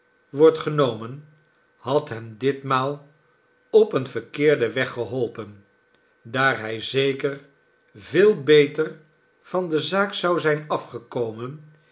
wordt genomen had hem ditmaal op een veikeerden weg geholpen daar hij zeker veel beter van de zaak zou zijn afgekomen